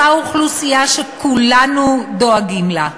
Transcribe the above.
אותה אוכלוסייה שכולנו דואגים לה.